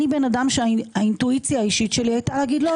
אני אדם שהאינטואיציה האישית שלי הייתה לומר: לא,